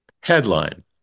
Headline